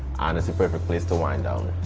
and it's a perfect place to wind down.